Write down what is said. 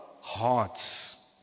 hearts